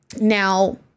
now